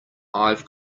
i’ve